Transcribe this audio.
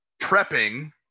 prepping